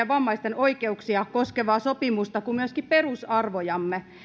vammaisten oikeuksia koskevaa sopimusta kuin myöskin perusarvojamme